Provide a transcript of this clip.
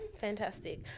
Fantastic